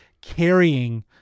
carrying